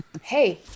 Hey